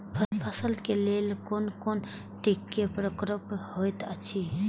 फसल के लेल कोन कोन किट के प्रकोप होयत अछि?